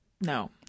No